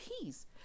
peace